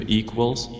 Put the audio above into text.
equals